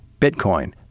Bitcoin